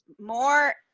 more